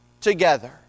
together